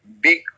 big